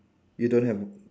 you don't have